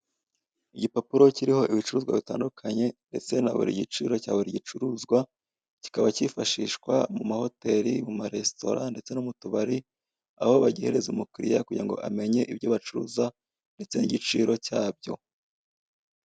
Igipapuro kiriho ibicuruzwa bitandukanye ndetse na buri giciro cya buri gicuruzwa, kikaba kifashishwa mu mahoteli, mu maresitora ndetse no mu tubari. Aho bagihereza umukiriya kugirango amenye ibyo bacuruza ndetse n'igiciro cyabyo.